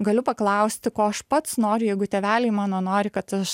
galiu paklausti ko aš pats noriu jeigu tėveliai mano nori kad aš